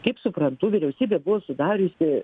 kaip suprantu vyriausybė buvo sudariusi